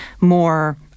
more